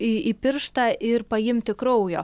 į į pirštą ir paimti kraujo